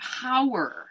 power